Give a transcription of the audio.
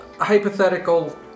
hypothetical